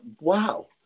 wow